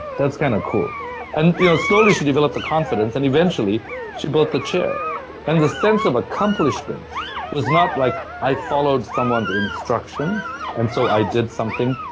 that's kind of cool and you know slowly she developed the confidence, and eventually she build the chair and the sense of accomplishment was not like, i followed someone's instruction and so i did something,